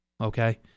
Okay